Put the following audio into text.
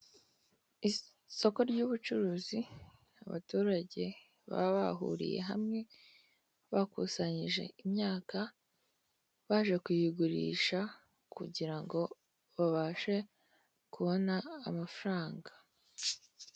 Isoko ry'ubucuruzi abaturage baba bahuriye hamwe, bakusanyije imyaka baje kuyigurisha , kugira ngo babashe kubona amafaranga.